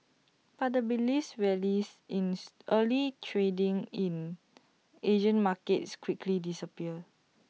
but the rallies rallies early trading in Asian markets quickly disappeared